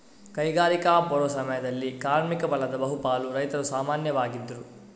ಕೈಗಾರಿಕಾ ಪೂರ್ವ ಸಮಯದಲ್ಲಿ ಕಾರ್ಮಿಕ ಬಲದ ಬಹು ಪಾಲು ರೈತರು ಸಾಮಾನ್ಯವಾಗಿದ್ರು